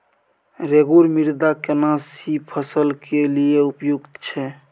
रेगुर मृदा केना सी फसल के लिये उपयुक्त छै?